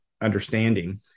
understanding